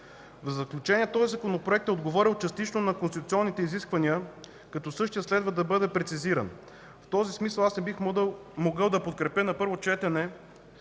В заключение, този Законопроект е отговорил частично на конституционните изисквания, като същият следва да бъде прецизиран. В този смисъл, не бих могъл да го подкрепя на първо четене,